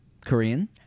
Korean